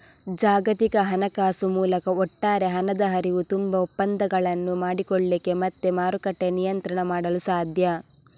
ಜಾಗತಿಕ ಹಣಕಾಸು ಮೂಲಕ ಒಟ್ಟಾರೆ ಹಣದ ಹರಿವು, ತುಂಬಾ ಒಪ್ಪಂದಗಳನ್ನು ಮಾಡಿಕೊಳ್ಳಿಕ್ಕೆ ಮತ್ತೆ ಮಾರುಕಟ್ಟೆ ನಿಯಂತ್ರಣ ಮಾಡಲು ಸಾಧ್ಯ